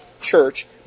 church